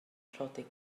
rhodri